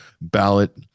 ballot